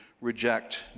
reject